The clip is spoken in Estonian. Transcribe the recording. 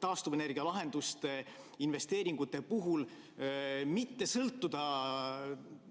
taastuvenergia lahenduste investeeringute puhul mitte sõltuda